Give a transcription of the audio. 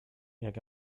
jak